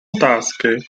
otázky